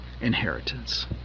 inheritance